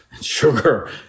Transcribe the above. sugar